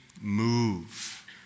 move